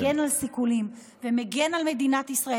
שמצד אחד מגן על סיכולים ומגן על מדינת ישראל.